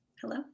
Hello